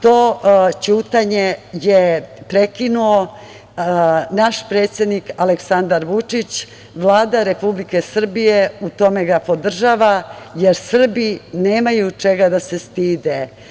To ćutanje je prekinuo naš predsednik Aleksandar Vučić, Vlada Republike Srbije u tome ga podržava, jer Srbi nemaju čega da se stide.